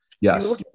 Yes